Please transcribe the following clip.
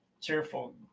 cheerful